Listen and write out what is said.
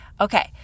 okay